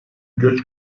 göç